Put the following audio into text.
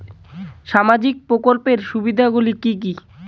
সামাজিক প্রকল্পের সুবিধাগুলি কি কি?